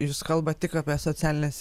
jūs kalbat tik apie socialines